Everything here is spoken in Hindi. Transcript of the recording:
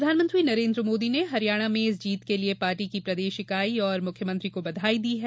प्रधानमंत्री नरेन्द्र मोदी ने हरियाणा में इस जीत के लिये पार्टी की प्रदेश ईकाई और मुख्यमंत्री को बधाई दी है